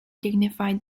dignified